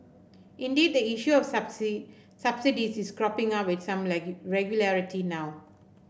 indeed the issue of subsidies is cropping up with some regularity now